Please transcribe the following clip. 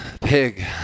pig